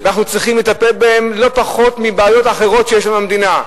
ואנחנו צריכים לטפל בהם לא פחות מבבעיות אחרות שיש לנו במדינה.